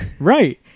Right